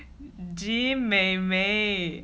G 妹妹